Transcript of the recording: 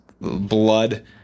blood